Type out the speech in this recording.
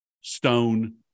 Stone